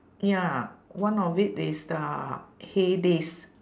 ya one of it is the hay days